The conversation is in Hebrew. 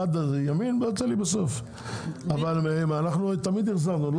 אנחנו תמיד החזרנו.